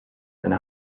and